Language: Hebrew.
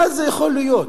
מה זה יכול להיות?